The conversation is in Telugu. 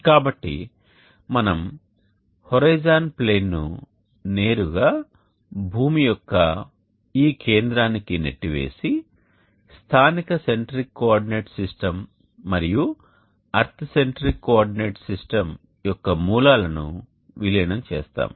కాబట్టి మనం హోరిజోన్ ప్లేన్ను నేరుగా భూమి యొక్క ఈ కేంద్రానికి నెట్టివేసి స్థానిక సెంట్రిక్ కోఆర్డినేట్ సిస్టమ్ మరియు ఎర్త్ సెంట్రిక్ కోఆర్డినేట్ సిస్టమ్ యొక్క మూలాలను విలీనం చేస్తాము